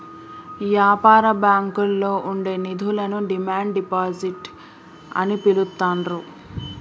యాపార బ్యాంకుల్లో ఉండే నిధులను డిమాండ్ డిపాజిట్ అని పిలుత్తాండ్రు